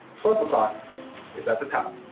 twelve o'clock is at the top,